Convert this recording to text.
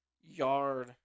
yard